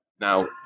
Now